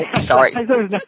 sorry